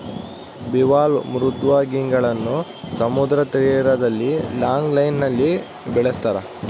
bivalve ಮೃದ್ವಂಗಿಗಳನ್ನು ಸಮುದ್ರ ತೀರದಲ್ಲಿ ಲಾಂಗ್ ಲೈನ್ ನಲ್ಲಿ ಬೆಳಸ್ತರ